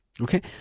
Okay